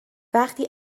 وقتی